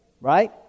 right